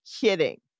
kidding